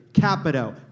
Capito